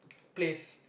place